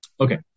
Okay